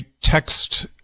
text